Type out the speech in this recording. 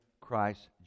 Christ